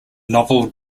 novel